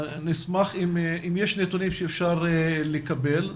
נשמח אם יש נתונים שאפשר לקבל,